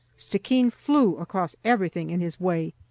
stickeen flew across everything in his way,